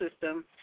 system